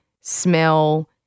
smell